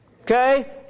Okay